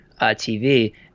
TV